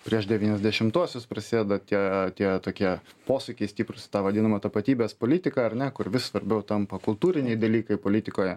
prieš devyniasdešimtuosius prasideda tie tie tokie posūkiai stiprūs ta vadinama tapatybės politika ar ne kur vis svarbiau tampa kultūriniai dalykai politikoje